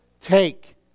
Take